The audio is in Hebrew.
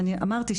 אמרתי,